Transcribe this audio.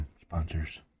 sponsors